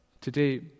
today